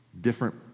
different